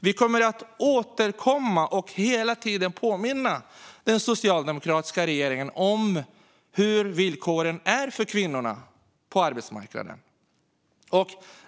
Vi kommer att återkomma och hela tiden påminna den socialdemokratiska regeringen om hur villkoren för kvinnorna på arbetsmarknaden ser ut.